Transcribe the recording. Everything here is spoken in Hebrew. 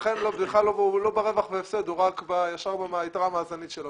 לכן הוא ישר ביתרה מהזווית שלו.